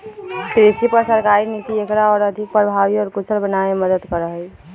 कृषि पर सरकारी नीति एकरा और अधिक प्रभावी और कुशल बनावे में मदद करा हई